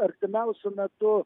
artimiausiu metu